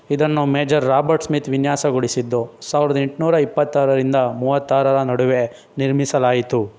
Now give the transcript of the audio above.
ಇದನ್ನು major Robert Smith ವಿನ್ಯಾಸಗೊಳಿಸಿದ್ದು ಸಾವ್ರ್ದ ಎಂಟುನೂರ ಇಪ್ಪತ್ತಾರರಿಂದ ಮೂವತ್ತಾರರ ನಡುವೆ ನಿರ್ಮಿಸಲಾಯಿತು